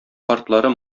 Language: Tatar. картлары